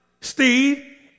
Steve